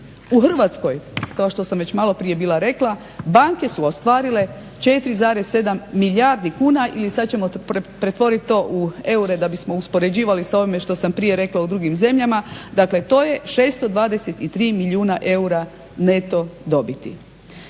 U Hrvatskoj, kao što sam već maloprije bila rekla, banke su ostvarile 4,7 milijardi kuna, ili sad ćemo to pretvorit u eure da bismo uspoređivali s ovime što sam prije rekla u drugim zemljama, dakle to je 623 milijuna eura neto dobiti.